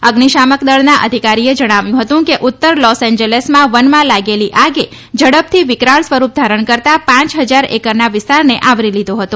અઝ્નિશામક દળના અધિકારીએ જણાવ્યું હતું કે ઉત્તર લોસએન્જેલસમાં વનમાં લાગેલી આગે ઝડપથી વિકરાળ સ્વરૂપ ધારણ કરતાં પાંચ હજાર એકરના વિસ્તારને આવરી લીધો હતો